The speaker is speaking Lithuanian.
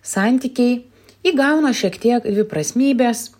santykiai įgauna šiek tiek dviprasmybės